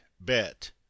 bet